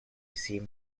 seem